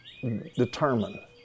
determine